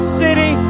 city